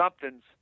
something's